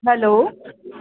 hello